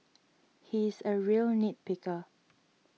he is a real nit picker